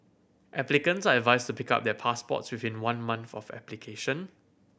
applicants are advised to pick up their passports within one month of application